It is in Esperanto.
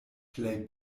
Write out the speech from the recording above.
plej